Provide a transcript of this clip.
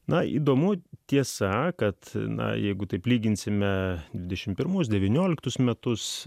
na įdomu tiesa kad na jeigu taip lyginsime dvidešim pirmus devynioliktus metus